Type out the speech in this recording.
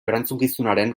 erantzukizunaren